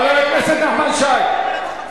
חבר הכנסת נחמן שי.